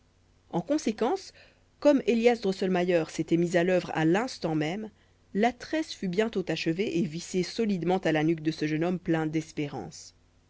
en conséquence comme élias drosselmayer s'était mis à l'œuvre à l'instant même la tresse fut bientôt achevée et vissée solidement à la nuque de ce jeune homme plein d'espérance